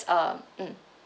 uh mm